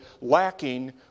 lacking